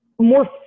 more